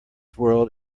world